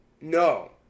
no